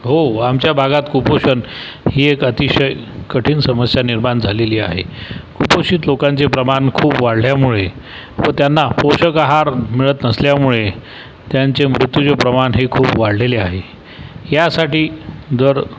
हो आमच्या भागात कुपोषण ही एक अतिशय कठीण समस्या निर्माण झालेली आहे कुपोषित लोकांचे प्रमाण खूप वाढल्यामुळे व त्यांना पोषक आहार मिळत नसल्यामुळे त्यांचे मृत्यूचे प्रमाण हे खूप वाढलेले आहे ह्यासाठी जर